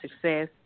success